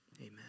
Amen